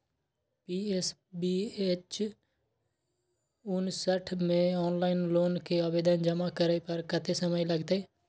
PS बीच उनसठ म ऑनलाइन लोन के आवेदन जमा करै पर कत्ते समय लगतै?